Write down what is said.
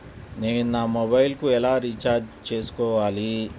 నేను నా మొబైల్కు ఎలా రీఛార్జ్ చేసుకోవాలి?